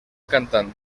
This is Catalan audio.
cantant